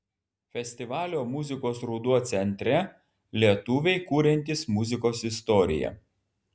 festivalio muzikos ruduo centre lietuviai kuriantys muzikos istoriją